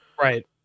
Right